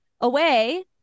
away